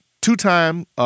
two-time